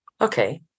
Okay